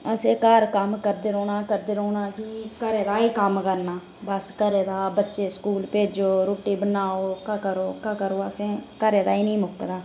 असें घर कम्म करदे रौह्ना करदे रौह्ना कि घरै दा ई कम्म करना बस घरै दा बच्चे स्कूल भेजो रुट्टी बनाओ एह्का करो एह्का करो असें घरै दा ई नेईं मुक्कना